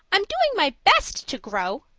i'm doing my best to grow,